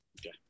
Okay